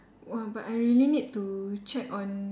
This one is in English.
!wah! but I really need to check on